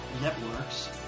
networks